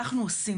אנחנו עושים